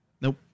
Nope